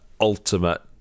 ultimate